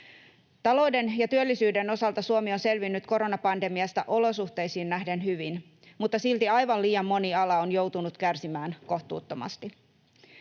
Talouden ja työllisyyden osalta Suomi on selvinnyt koronapandemiasta olosuhteisiin nähden hyvin, mutta silti aivan liian moni ala on joutunut kärsimään kohtuuttomasti.